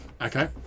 Okay